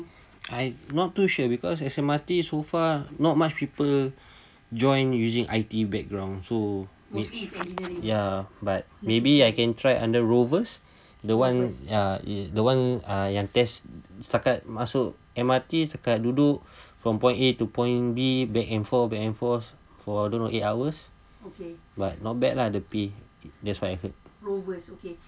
I not too sure because S_M_R_T so far not much people joined using I_T background ya but maybe I can try under rovers the one uh ya yang test setakat masuk M_R_T setakat duduk from point A to point B back and forth back and forth for I don't know eight hours but not bad lah the pay that's I heard